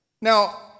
Now